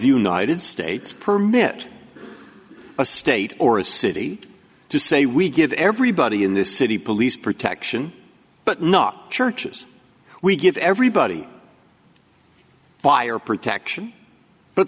united states permit a state or a city to say we give everybody in this city police protection but not churches we give everybody fire protection but